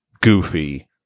goofy